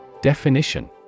Definition